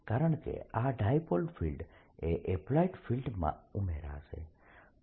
કારણકે આ dipole field એ એપ્લાઇડ ફિલ્ડમાં ઉમેરાશે